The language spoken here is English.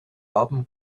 album